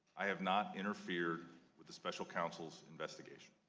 i have not interfered with the special counsel's investigation.